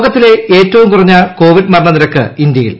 ലോകത്തില്ലെ ഏറ്റവും കുറഞ്ഞ കോവിഡ് മരണനിരക്ക് ഇന്ത്യയിൽ